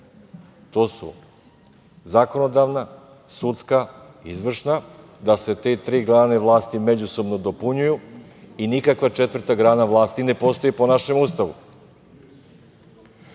to su zakonodavna, sudska i izvršna, da se te tri grane vlasti međusobno dopunjuju i nikakva četvrta grana vlasti ne postoji po našem